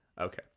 Okay